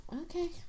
okay